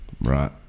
Right